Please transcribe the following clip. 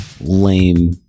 lame